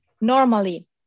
Normally